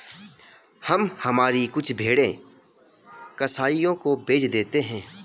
हम हमारी कुछ भेड़ें कसाइयों को बेच देते हैं